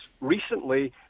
recently